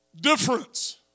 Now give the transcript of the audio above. difference